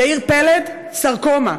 יאיר פלד, סרקומה,